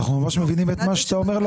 אנחנו ממש מבינים את מה שאתה אומר.